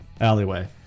alleyway